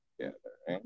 together